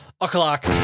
o'clock